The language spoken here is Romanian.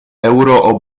euro